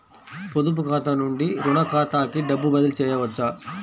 పొదుపు ఖాతా నుండీ, రుణ ఖాతాకి డబ్బు బదిలీ చేయవచ్చా?